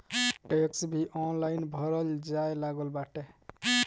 tax भी online भरल जाए लागल बाटे